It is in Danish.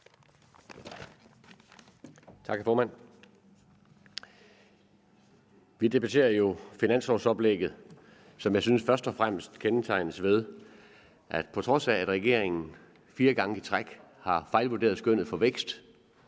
Tak, hr. formand. Vi debatterer jo finanslovoplægget, som jeg synes først og fremmest er kendetegnet ved, at der, på trods af at regeringen fire gange i træk har fejlvurderet skønnet for væksten